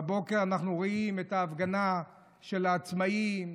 בבוקר אנחנו רואים את ההפגנה של העצמאים,